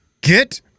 Get